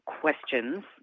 questions